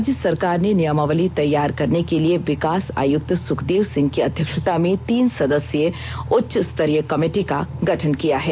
राज्य सरकार ने नियमावली तैयार करने के लिए विकास आयुक्त सुखदेव सिंह की अध्यक्षता में तीन सदस्यीय उच्च स्तरीय कमेटी का गठन किया है